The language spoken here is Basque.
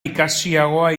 ikasiagoa